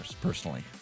personally